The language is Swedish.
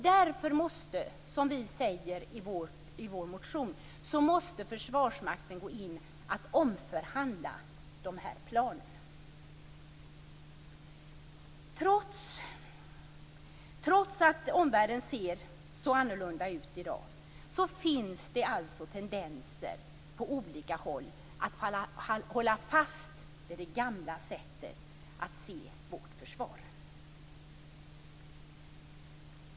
Därför måste Försvarsmakten, som vi säger i vår motion, gå in och omförhandla när det gäller planen. Trots att omvärlden ser så annorlunda ut i dag finns det alltså tendenser på olika håll att hålla fast vid det gamla sättet att se vårt försvar.